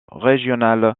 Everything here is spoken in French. régionale